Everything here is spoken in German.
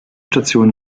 station